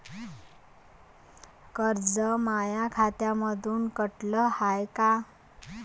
कर्ज माया खात्यामंधून कटलं हाय का?